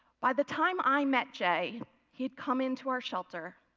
by the time i met jay, he had come into our shelter.